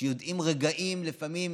שיודעים לפעמים